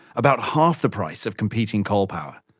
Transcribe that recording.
about half the price of competing coal power.